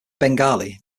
bengali